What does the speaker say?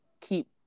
keep